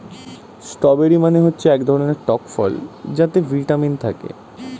strawberry মানে হচ্ছে এক ধরনের টক ফল যাতে ভিটামিন থাকে